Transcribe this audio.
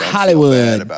Hollywood